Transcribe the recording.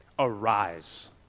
Arise